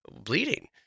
bleeding